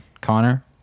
Connor